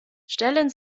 stellen